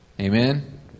Amen